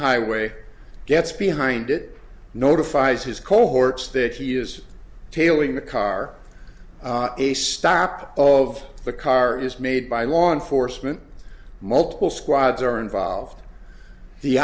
highway gets behind it notifies his cohorts that he is tailing the car a stop of the car is made by law enforcement multiple squads are involved the